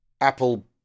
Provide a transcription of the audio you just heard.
apple